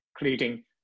including